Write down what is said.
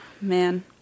man